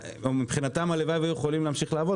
מבחינתם הלוואי והם היו יכולים לעבוד,